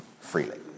freely